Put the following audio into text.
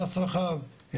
פס רחב.